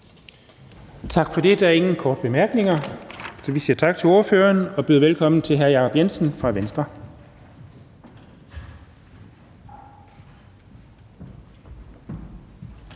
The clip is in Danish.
Tak for det. Der er ingen korte bemærkninger, så vi siger tak til ordføreren og byder velkommen til hr. Jacob Jensen fra Venstre. Kl.